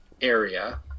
area